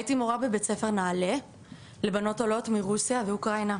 הייתי מורה בבית הספר נעלה לבנות עולות מרוסיה ואוקראינה,